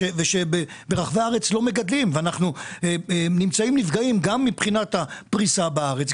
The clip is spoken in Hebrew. שאנחנו נפגעים גם מבחינת הפריסה בארץ,